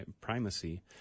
primacy